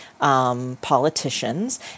politicians